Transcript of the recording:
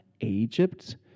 Egypt